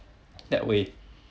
that way